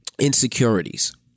insecurities